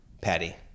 Patty